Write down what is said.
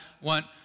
want